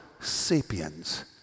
Sapiens